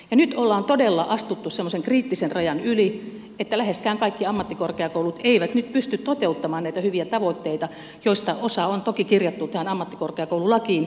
nyt ollaan todella astuttu semmoisen kriittisen rajan yli että läheskään kaikki ammattikorkeakoulut eivät nyt pysty toteuttamaan näitä hyviä tavoitteita joista osa on toki kirjattu tähän ammattikorkeakoululakiin